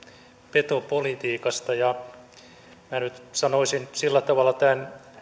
petopolitiikasta minä nyt sanoisin sillä tavalla tämän